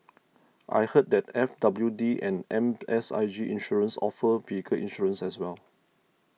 I heard that F W D and M S I G Insurance offer vehicle insurance as well